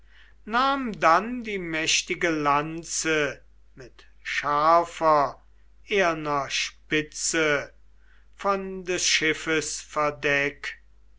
nahm dann die mächtige lanze mit scharfer eherner spitze von des schiffes verdeck